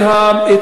את